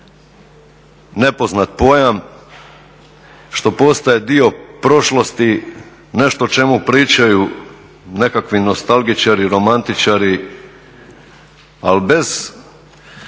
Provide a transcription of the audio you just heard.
nepoznat pojam, što postaje dio prošlosti, nešto o čemu pričaju nekakvi nostalgičari, romantičari, ali bez